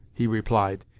he replied.